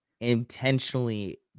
intentionally